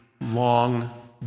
long